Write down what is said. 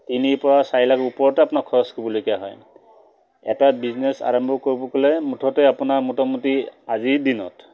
তিনিৰ পৰা চাৰি লাখ ওপৰতে আপোনাৰ খৰচ কৰিবলগীয়া হয় এটা বিজনেছ আৰম্ভ কৰিব গ'লে মুঠতে আপোনাৰ মোটামুটি আজিৰ দিনত